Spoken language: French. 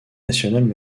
nationales